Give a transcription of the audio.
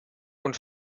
und